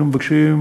היינו מבקשים,